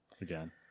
again